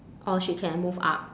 or she can move up